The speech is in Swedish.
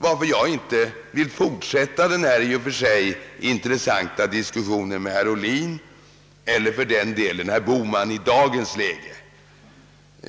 till att jag i dagens läge inte vill fortsätta denna i och för sig intressanta diskussion med herr Ohlin — och för den delen även med herr Bohman.